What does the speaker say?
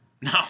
No